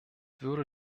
würde